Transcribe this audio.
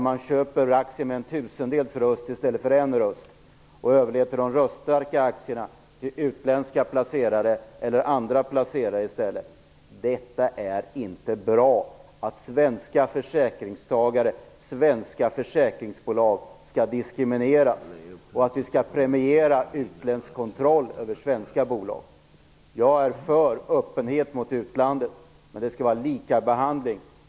Man köper aktier med en tusendels röst i stället för en röst och överlåter de röststarka aktierna till utländska eller andra placerare. Det är inte bra att svenska försäkringstagare och svenska försäkringsbolag skall diskrimineras och att vi skall premiera utländsk kontroll över svenska bolag. Jag är för öppenhet mot utlandet, men det skall vara lika behandling.